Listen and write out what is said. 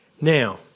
Now